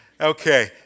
Okay